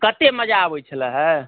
कते मजा अबै छलएह